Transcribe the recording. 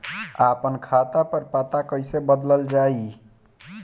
आपन खाता पर पता कईसे बदलल जाई?